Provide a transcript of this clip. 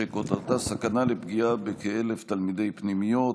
שכותרתה: סכנה לפגיעה בכ-1,000 תלמידי פנימיות.